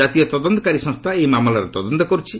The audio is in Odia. କାତୀୟ ତଦନ୍ତକାରୀ ସଂସ୍ଥା ଏହି ମାମଲାର ତଦନ୍ତ କର୍ଚ୍ଛନ୍ତି